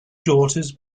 daughters